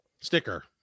sticker